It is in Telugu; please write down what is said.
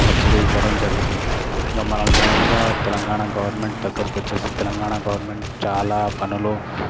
సబ్సిడీ ఇవ్వడం జరుగుతుంది ఇగ మనం మెయిన్గా తెలంగాణ గవర్నమెంట్ దగ్గరకు వచ్చేసి తెలంగాణ గవర్నమెంట్ చాలా పనులు